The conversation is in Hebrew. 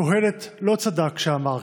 קהלת לא צדק כשאמר כך.